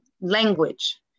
language